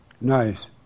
Nice